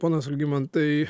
ponas algimantai